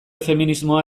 feminismoa